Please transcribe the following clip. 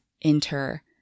Enter